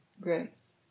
grace